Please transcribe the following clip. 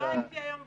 לא הייתי היום בזום.